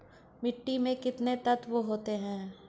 मिट्टी में कितने तत्व होते हैं?